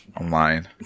Online